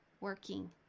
working